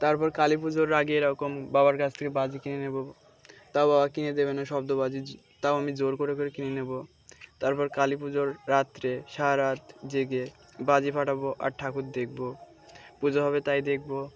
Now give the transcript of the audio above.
তারপর কালী পুজোর আগে এরকম বাবার কাছ থেকে বাজি কিনে নেবো তাও বা কিনে দেবে না শব্দ বাজি তাও আমি জোর করে করে কিনে নেবো তারপর কালী পুজোর রাত্রে সারারাত জেগে বাজি ফাটাবো আর ঠাকুর দেখবো পুজো হবে তাই দেখবো